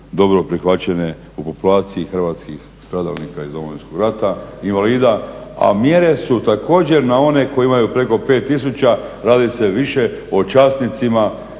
dobro prihvaćene u populaciji hrvatskih stradalnika iz Domovinskog rata i invalida, a mjere su također na one koji imaju preko 5000. Radi se više o časnicima,